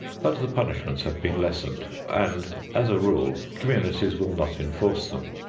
but the punishments have been lessened and, as a rule, communities will not enforce them.